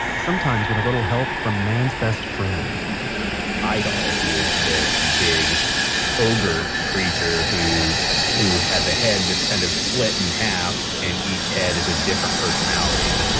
sometimes with a little help from man's best friend eyedol, who is this big ogre creature who who has a head that's kind of split in half and each head is a different personality.